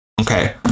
Okay